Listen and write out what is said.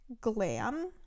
glam